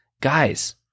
guys